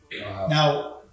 Now